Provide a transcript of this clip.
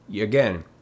again